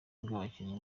bw’abakinnyi